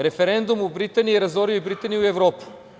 Referendum u Britaniji je razorio i Britaniju i Evropu.